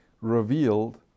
revealed